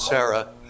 Sarah